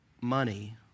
money